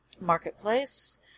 Marketplace